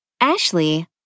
Ashley